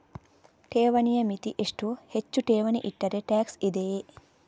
ಠೇವಣಿಯ ಮಿತಿ ಎಷ್ಟು, ಹೆಚ್ಚು ಠೇವಣಿ ಇಟ್ಟರೆ ಟ್ಯಾಕ್ಸ್ ಇದೆಯಾ?